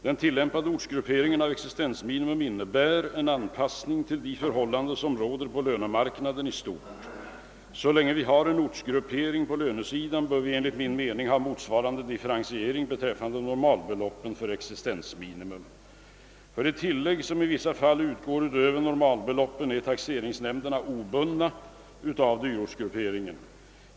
Den tillämpade ortsgrupperingen av exislensminimum innebär en anpassning till de förhållanden som råder på lönemarknaden i stort. Så länge vi har en ortsgruppering på lönesidan bör vi enligt min mening ha motsvarande differentiering beträffande normalbeloppen för existensminimum. För de tilllägg som i vissa fall utgår utöver normalbeloppen är taxeringsnämnderna obundna av dyrortsgrupperingen.